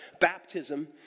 baptism